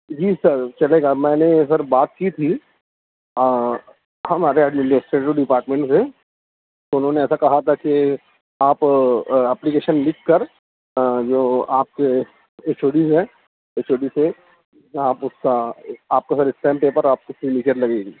جی sir چلے گا میں نے سر بات کی تھی ہمارے ایڈمسٹرل ڈپارٹمنٹ میں تو انہوں نے ایسا کہا تھا کہ آپ اپلیکیشن لکھ کر جو آپ کے ایچ او ڈی ہیں ایچ او ڈی سے آپ اس کا آپ کا سر اسٹیمپ پیپر آپ کی سگنیچر لگے گی